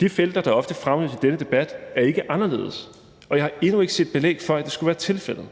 De felter, der ofte fremhæves i denne debat, er ikke anderledes, og jeg har endnu ikke set belæg for, at det skulle være tilfældet.